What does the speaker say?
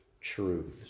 truths